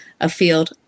afield